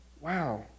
wow